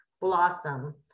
blossom